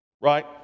right